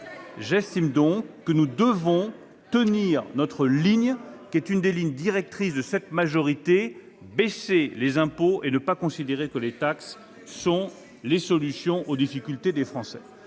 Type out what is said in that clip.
J'estime donc que nous devons tenir notre ligne, qui est aussi l'une des lignes directrices de la majorité : baisser les impôts, et ne pas considérer les taxes comme la solution aux difficultés des Français.